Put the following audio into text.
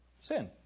Sin